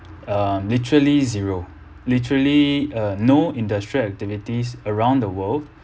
uh literally zero literally uh no industrial activities around the world